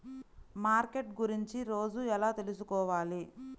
Market గురించి రోజు ఎలా తెలుసుకోవాలి?